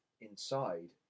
inside